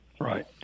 Right